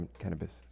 cannabis